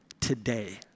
today